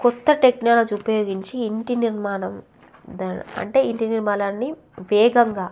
కొత్త టెక్నాలజీ ఉపయోగించి ఇంటి నిర్మాణం దా అంటే ఏంటి నిర్మాణాన్ని వేగంగా